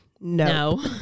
no